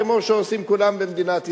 כמו שעושים כולם במדינת ישראל.